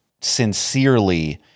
sincerely